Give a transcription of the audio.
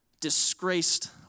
disgraced